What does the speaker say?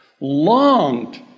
longed